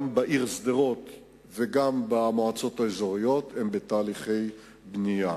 גם בעיר שדרות וגם במועצות האזוריות הן בתהליכי בנייה.